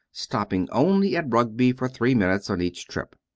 stopping only at rugby for three minutes on each trip.